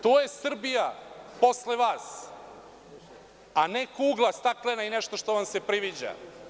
To je Srbija posle vas, a ne staklena kugla ili nešto što vam se priviđa.